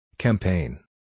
Campaign